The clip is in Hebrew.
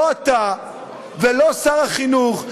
לא אתה ולא שר החינוך,